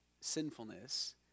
sinfulness